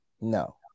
No